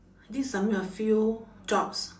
I did submit a few jobs